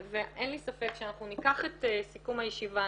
אין לי ספק שאנחנו ניקח את סיכום הישיבה,